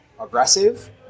aggressive